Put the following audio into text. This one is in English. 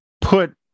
put